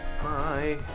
Hi